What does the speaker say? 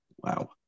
Wow